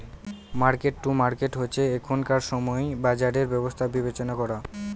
market to market হচ্ছে এখনকার সময় বাজারের ব্যবস্থা বিবেচনা করা